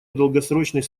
долгосрочной